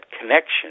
connection